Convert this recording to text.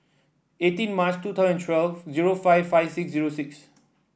eighteen March two thousand twelve zero five five six zero six